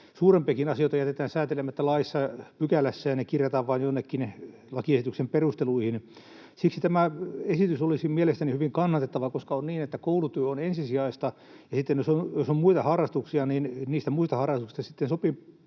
Suurempiakin asioita jätetään säätelemättä pykälässä, ja ne kirjataan vain jonnekin lakiesityksen perusteluihin. Siksi tämä esitys olisi mielestäni hyvin kannatettava. Koska on niin, että koulutyö on ensisijaista, ja sitten, jos on muita harrastuksia, niin niistä muista harrastuksista sitten sopii